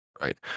Right